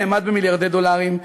הנאמד במיליארדי דולרים,